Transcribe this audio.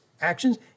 actions